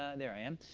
ah there i am.